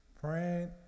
Praying